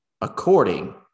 according